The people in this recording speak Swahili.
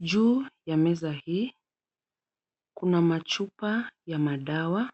Juu ya meza hii, kuna machupa ya madawa.